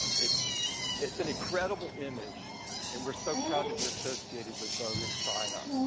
it's it's an incredible image and we're so proud to be associated with vogue in china.